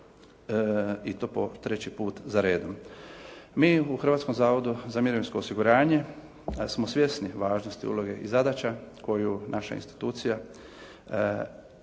i to po treći put za redom. Mi u Hrvatskom zavodu za mirovinsko osiguranje smo svjesni važnosti uloge i zadaća koju naša institucija,